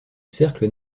cercle